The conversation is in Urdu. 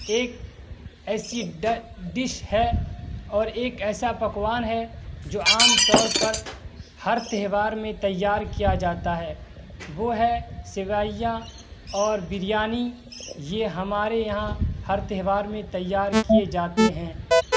ایک ایسی ڈش ہے اور ایک ایسا پکوان ہے جو عام طور پر ہر تہوار میں تیار کیا جاتا ہے وہ ہے سیویاں اور بریانی یہ ہمارے یہاں ہر تہوار میں تیار کیے جاتے ہیں